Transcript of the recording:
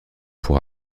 pour